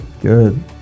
Good